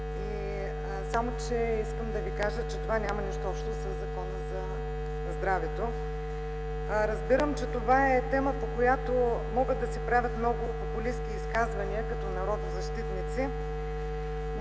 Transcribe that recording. изчетохте, само ще кажа, че това няма нищо общо със Закона за здравето. Разбирам, че това е тема, по която могат да се правят много популистки изказвания като народозащитници,